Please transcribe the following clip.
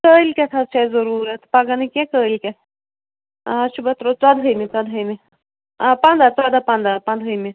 کالکیٚتھ حظ چھِ اسہِ ضروٗرت پَگاہ نہٕ کیٚنٛہہ کٲلکیٚتھ آز چھُ باہ تٕرووَہ ژۄدہٲمہِ ژۄدہٲمہِ آ پنٛداہ ژۄداہ پَنٛداہ پَنٛدہٲمہِ